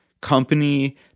company